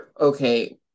okay